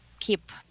keep